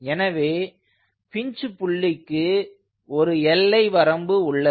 எனவே பின்ச் புள்ளிக்கு ஒரு எல்லை வரம்பு உள்ளது